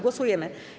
Głosujemy.